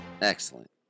Excellent